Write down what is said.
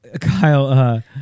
Kyle